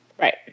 Right